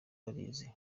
warize